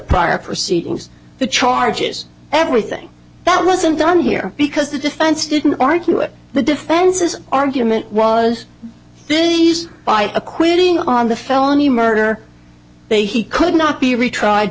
prior proceedings the charges everything that wasn't done here because the defense didn't argue it the defense's argument was these by acquitting on the felony murder they he could not be retried